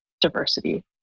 diversity